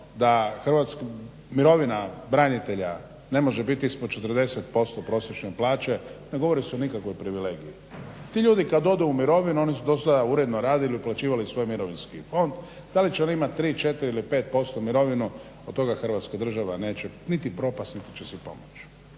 govorimo da mirovina branitelja ne može biti ispod 40% prosječne plaće, ne govori se o nikakvoj privilegiji. Ti ljudi kada odu u mirovinu oni su do sada uredno radili uplaćivali u svoj mirovinski fond da li će on imati 3, 4 ili 5% mirovinu od toga Hrvatska država neće niti propasti niti će se pomoći.